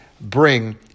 bring